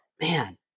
man